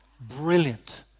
brilliant